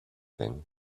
then